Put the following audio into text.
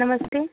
नमस्ते